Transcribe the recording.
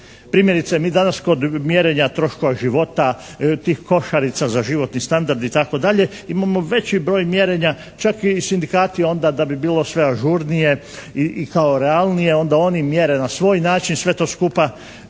Primjerice mi danas kod mjerenja troškova života tih košarica za životni standard itd. imamo veći broj mjerenja. Čak i sindikati onda da bi bilo sve ažurnije i kao realnije onda oni mjere na svoj način sve to skupa.